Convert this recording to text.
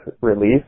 release